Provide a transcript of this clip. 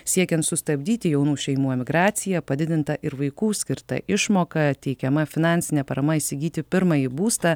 siekiant sustabdyti jaunų šeimų emigraciją padidinta ir vaikų skirta išmoka teikiama finansinė parama įsigyti pirmąjį būstą